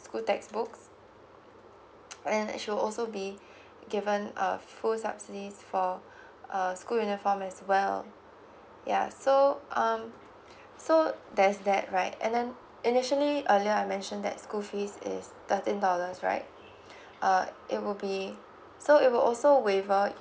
school textbooks and she'd also be given a full subsidies for a school uniform as well ya so um so there's that right and then initially earlier I mention that school fees is thirteen dollars right uh it will be so it will also waiver